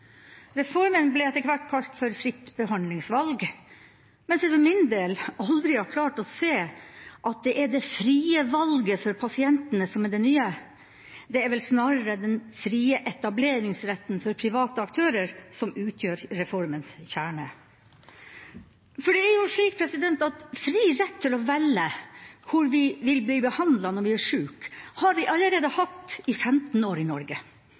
Reformen ble etter hvert kalt for fritt behandlingsvalg, mens jeg for min del aldri har klart å se at det er det frie valget for pasientene som er det nye. Det er vel snarere den frie etableringsretten for private aktører som utgjør reformens kjerne. For det er jo slik at fri rett til å velge hvor vi vil bli behandlet når vi er sjuke, har vi allerede hatt i 15 år i Norge,